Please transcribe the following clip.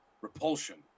Repulsion